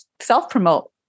self-promote